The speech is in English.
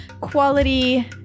quality